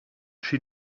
she